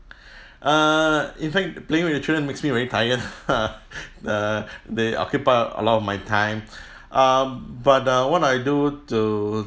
err in fact playing with the children makes me very tired uh they occupy a lot of my time uh but uh what I do to